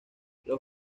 los